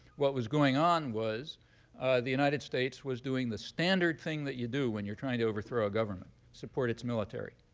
what was going on was the united states was doing the standard thing that you do when you're trying to overthrow a government support its military.